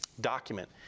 document